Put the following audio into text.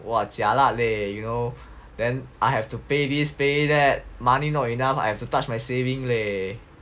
!wah! jialat leh you know then I have to pay this pay that money not enough I have to touch my saving leh